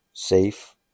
safe